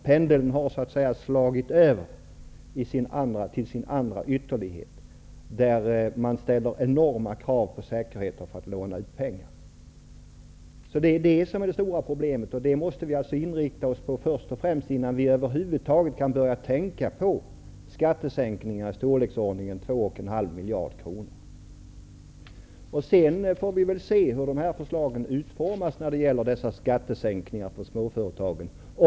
Pendeln har så att säga slagit över till sin andra ytterlighet, där man ställer enorma krav på säkerheter för att låna ut pengar. Det är det stora problemet. Det måste vi inrikta oss på först och främst, innan vi över huvud taget kan börja tänka på skattesänkningar i storleksordningen 2,5 miljarder kronor. Sedan får vi se hur förslagen till skattesänkningar för småföretagen utformas.